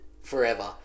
forever